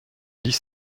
dix